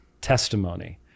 testimony